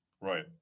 Right